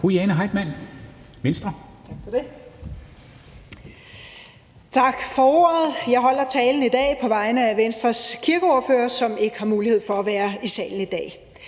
Jane Heitmann (V): Tak for ordet. Jeg holder talen i dag på vegne af Venstres kirkeordfører, som ikke har mulighed for at være i salen i dag.